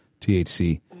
THC